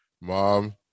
Mom